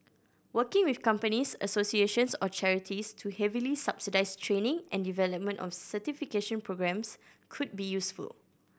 working with companies associations or charities to heavily subsidise training and development of certification programmes could be useful